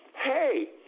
Hey